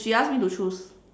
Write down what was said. she ask me to choose